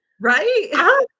Right